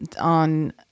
on